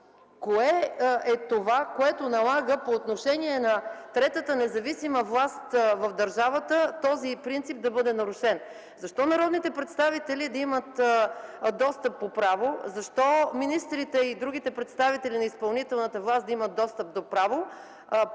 Кое е това, което налага по отношение на третата независима власт в държавата този принцип да бъде нарушен? Защо народните представители да имат достъп по право? Защо министрите и другите представители на изпълнителната власт да имат достъп по право,